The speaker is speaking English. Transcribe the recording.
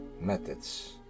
methods